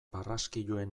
barraskiloen